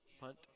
punt